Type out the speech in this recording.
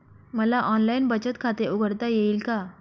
मला ऑनलाइन बचत खाते उघडता येईल का?